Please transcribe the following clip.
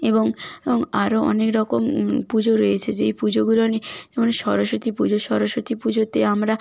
এবং এবং আরও অনেক রকম পুজো রয়েছে যেই পুজোগুলো নিয়ে যেমন সরস্বতী পুজো সরস্বতী পুজোতে আমরা